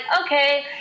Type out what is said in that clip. okay